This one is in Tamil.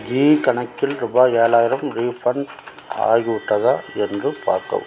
ஜீ கணக்கில் ரூபாய் ஏழாயிரம் ரீஃபண்ட் ஆகிவிட்டதா என்று பார்க்கவும்